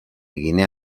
guinea